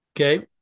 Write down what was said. Okay